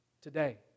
today